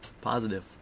positive